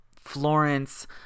Florence